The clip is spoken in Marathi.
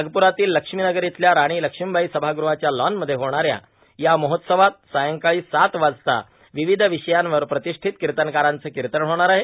नागपुरातील लक्ष्मीनगर इथल्या राणीलक्ष्मीबाई सभागृहाच्या लॉनमध्ये होणाऱ्या या महोत्सवात सायंकाळी सात वाजता विविध विषयांवर प्रतिष्ठित कीर्तनकारांचं कीर्तन होणार आहे